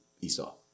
Esau